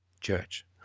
church